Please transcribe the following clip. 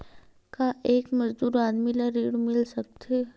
का एक मजदूर आदमी ल ऋण मिल सकथे?